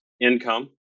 income